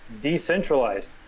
decentralized